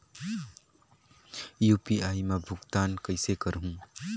UPI मा भुगतान कइसे करहूं?